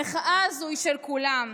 המחאה הזאת היא של כולם,